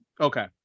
Okay